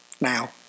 now